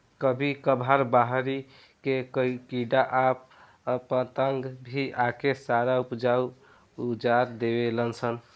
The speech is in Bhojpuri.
कभी कभार बहरी के कीड़ा आ पतंगा भी आके सारा ऊपज उजार देवे लान सन